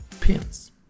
PINs